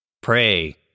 Pray